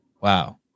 Wow